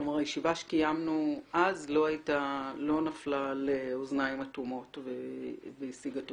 הישיבה שקיימנו אז לא נפלה על אוזניים אטומות והשיגה תוצאות.